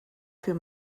für